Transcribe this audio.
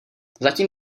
zatím